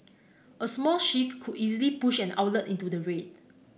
a small shift could easily push an outlet into the red